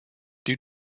due